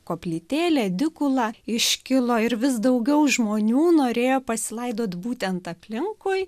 koplytėlė dikula iškilo ir vis daugiau žmonių norėjo pasilaidot būtent aplinkui